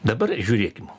dabar žiūrėkim